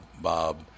Bob